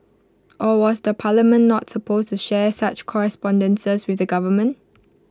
or was the parliament not supposed to share such correspondences with the government